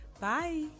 bye